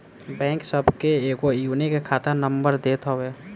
bank सबके एगो unique खाता नंबर देत हवे